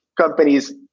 companies